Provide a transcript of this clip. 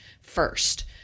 first